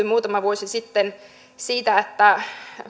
muutama vuosi sitten tehtiin myös päätös siitä että